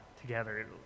together